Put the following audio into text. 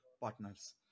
partners